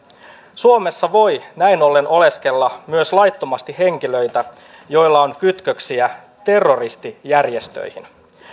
suomessa voi näin ollen oleskella laittomasti myös henkilöitä joilla on kytköksiä terroristijärjestöihin